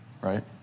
Right